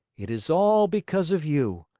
it is all because of you.